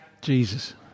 Jesus